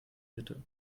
mitte